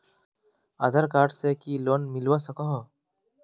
आधार card से की loan मिलवा सकोहो?